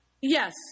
Yes